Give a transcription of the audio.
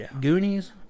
Goonies